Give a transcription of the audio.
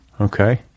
Okay